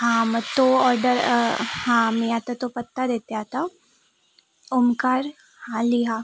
हां मग तो ऑडर हां मी आता तो पत्ता देते आता ओंकार हां लिहा